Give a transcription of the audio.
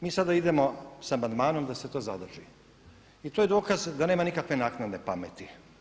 Mi sada idemo sa amandmanom da se to zadrži i to je dokaz da nema nikakve naknadne pameti.